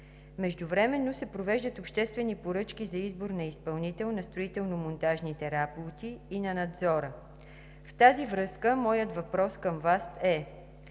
Междувременно се провеждат обществени поръчки за избор на изпълнител на строително-монтажните работи и на надзора. В тази връзка моят въпрос към Вас е: